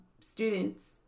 students